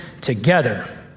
together